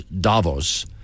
Davos